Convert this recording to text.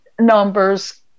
numbers